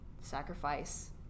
sacrifice